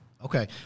Okay